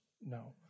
No